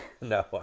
No